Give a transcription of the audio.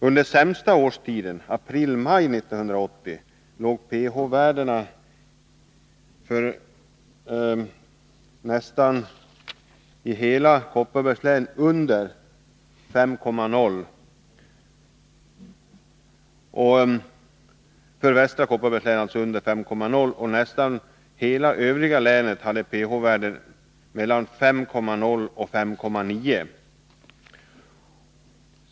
Under den ”sämsta” årstiden, april-maj 1980, låg pH-värdena för så gott som hela västra Kopparbergs län under 5,0, och nästan hela övriga länet hade pH-värden mellan 5,0 och 5,9.